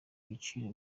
biciro